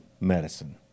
medicine